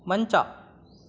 ಮಂಚ